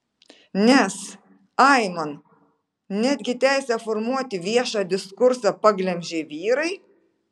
nes aiman netgi teisę formuoti viešą diskursą paglemžė vyrai